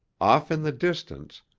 off in the distance,